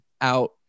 out